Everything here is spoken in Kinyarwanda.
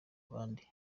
abandi